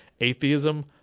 atheism